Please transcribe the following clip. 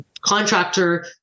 Contractor